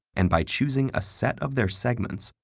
and by choosing a set of their segments,